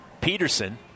Peterson